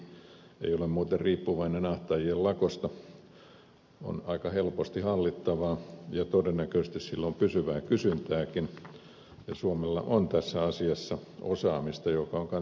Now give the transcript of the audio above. se ei ole muuten riippuvainen ahtaajien lakosta on aika helposti hallittavaa ja todennäköisesti sillä on pysyvää kysyntääkin ja suomella on tässä asiassa osaamista joka on kansainvälisesti kilpailukykyistä